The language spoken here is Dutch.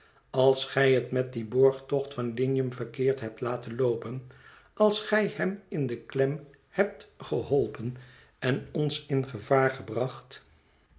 als gij het met dien borgtocht van lignum verkeerd hebt laten loopen als gij hem in de klem hebt geholpen en ons in gevaar gebracht